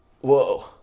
Whoa